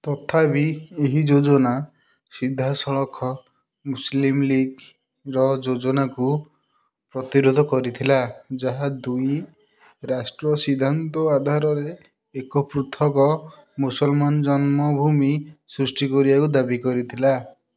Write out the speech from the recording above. ତଥାପି ଏହି ଯୋଜନା ସିଧାସଳଖ ମୁସଲିମ୍ ଲିଗ୍ର ଯୋଜନାକୁ ପ୍ରତିରୋଧ କରିଥିଲା ଯାହା ଦୁଇ ରାଷ୍ଟ୍ର ସିଦ୍ଧାନ୍ତ ଆଧାରରେ ଏକ ପୃଥକ୍ ମୁସଲମାନ୍ ଜନ୍ମଭୂମି ସୃଷ୍ଟି କରିଆକୁ ଦାବି କରିଥିଲା